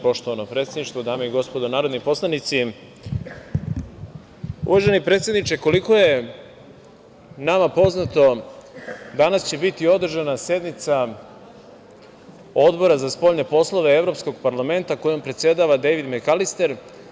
Poštovano predsedništvo, dame i gospodo narodni poslanici, uvaženi predsedniče, koliko je nama poznato danas će biti održana sednica Odbora za spoljne poslove Evropskog parlamenta kojim predsedava Dejvid Mekalister.